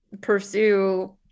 pursue